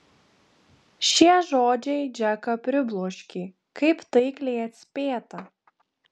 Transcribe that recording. šie žodžiai džeką pribloškė kaip taikliai atspėta